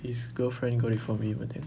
his girlfriend got it for him I think